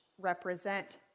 represent